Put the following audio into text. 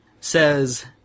says